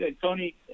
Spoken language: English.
Tony